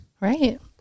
right